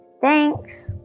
Thanks